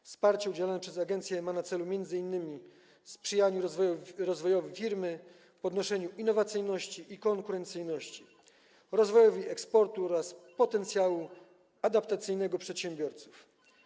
Wsparcie udzielone przez agencję ma na celu m.in. sprzyjanie rozwojowi firmy, podnoszenie innowacyjności i konkurencyjności, rozwojowi eksportu oraz potencjału adaptacyjnego przedsiębiorców.